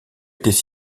étaient